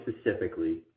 specifically